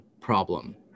problem